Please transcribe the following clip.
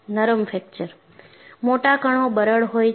નરમ ફ્રેકચર મોટા કણો બરડ હોય છે